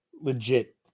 legit